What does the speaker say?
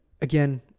again